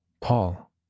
Paul